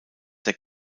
der